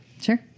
Sure